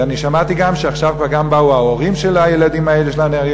ואני שמעתי גם שעכשיו כבר גם באו ההורים של הילדים האלה,